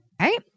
Right